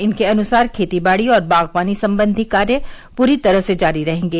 इनके अनुसार खेतीबाड़ी और बागवानी संबंधी कार्य पूरी तरह से जारी रहेंगे